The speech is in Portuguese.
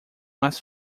mais